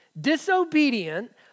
disobedient